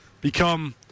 become